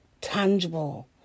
tangible